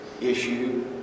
issue